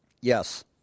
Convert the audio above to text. Yes